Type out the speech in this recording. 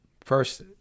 first